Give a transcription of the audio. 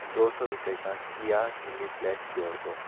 دو سو روپے کا کیا چلی فلیکس جوڑ دو